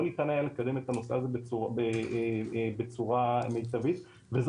ולא ניתן היה לקדם את הנושא הזה בצורה מיטבית וזאת